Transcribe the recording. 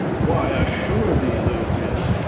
why, assure thee, lucius,